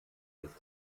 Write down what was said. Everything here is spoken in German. des